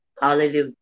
Hallelujah